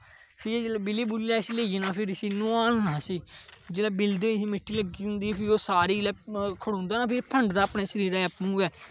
फिह् जिसले बि'ली बु'ली लै इसी लेई जाना फिर इसी नुहालना इसी जिसलै बिलदे होई मिट्टी लग्गी दी होंदी फ्ही ओह् सारी जिसलै खड़ोंदा ना फिर एह् फंडदा अपने शरीर गी आपूं गै